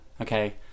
okay